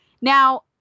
Now